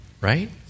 right